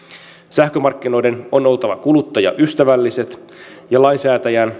sähkömarkkinoiden on oltava kuluttajaystävälliset ja lainsäätäjän